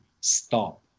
stop